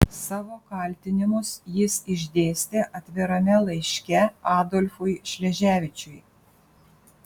savo kaltinimus jis išdėstė atvirame laiške adolfui šleževičiui